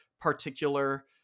particular